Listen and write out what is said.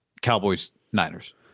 Cowboys-Niners